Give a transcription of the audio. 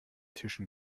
tischen